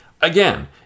Again